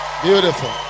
Beautiful